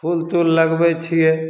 फूल तूल लगबय छियै